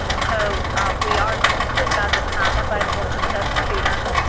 so we are limited by the time available to test students,